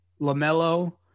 LaMelo